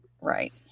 Right